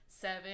seven